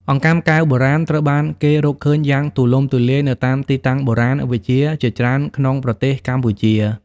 អង្កាំកែវបុរាណត្រូវបានគេរកឃើញយ៉ាងទូលំទូលាយនៅតាមទីតាំងបុរាណវិទ្យាជាច្រើនក្នុងប្រទេសកម្ពុជា។